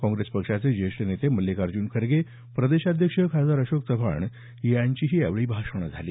काँग्रेसचे ज्येष्ठ नेते मल्लिकार्जुन खरगे प्रदेशाध्यक्ष खासदार अशोक चव्हाण यांचीही यावेळी भाषणं झाली